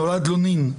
נולד לו נין,